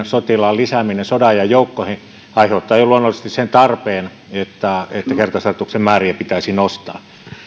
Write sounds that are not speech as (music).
(unintelligible) sotilaan lisääminen sodanajan joukkoihin aiheuttaa luonnollisesti sen tarpeen että kertausharjoitusten määriä pitäisi nostaa